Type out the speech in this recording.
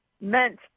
meant